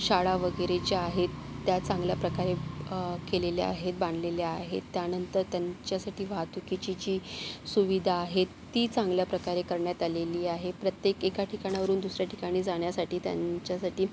शाळा वगैरे ज्या आहेत त्या चांगल्याप्रकारे केलेल्या आहेत बांधलेल्या आहेत त्यानंतर त्यांच्यासाठी वाहतुकीची जी सुविधा आहे ती चांगल्याप्रकारे करण्यात आलेली आहे प्रत्येक एका ठिकाणावरून दुसऱ्या ठिकाणी जाण्यासाठी त्यांच्यासाठी